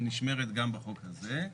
נשמרת גם בחוק הזה.